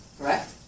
correct